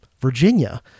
Virginia